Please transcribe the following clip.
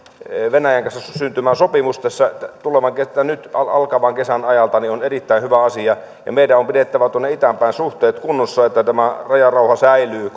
venäjän kanssa syntymään sopimus nyt alkavan kesän ajalta on erittäin hyvä asia meidän on pidettävä tuonne itään päin suhteet kunnossa että tämä rajarauha säilyy